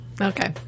Okay